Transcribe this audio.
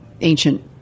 Ancient